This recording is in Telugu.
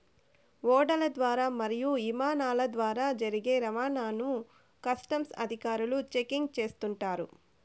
ఓడల ద్వారా మరియు ఇమానాల ద్వారా జరిగే రవాణాను కస్టమ్స్ అధికారులు చెకింగ్ చేస్తుంటారు